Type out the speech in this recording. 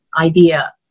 idea